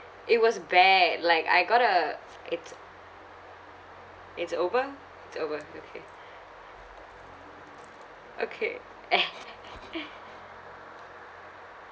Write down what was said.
it was bad like I got to it's it's over it's over okay okay